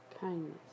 kindness